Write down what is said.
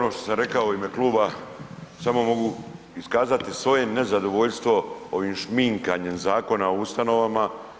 Evo ono što sam rekao u ime kluba samo mogu iskazati svoje nezadovoljstvo ovim šminkanjem Zakona o ustanovama.